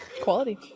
Quality